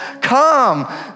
come